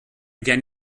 gen